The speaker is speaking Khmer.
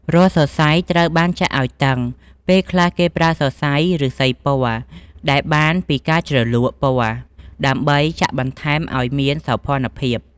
រាល់សរសៃត្រូវបានចាក់ឲ្យតឹង ពេលខ្លះគេប្រើសរសៃឬស្សីពណ៌ ដែលបានពីការជ្រលក់ពណ៌ ដើម្បីចាក់បន្ថែមអោយមានសោភ័ណភាព។